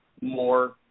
more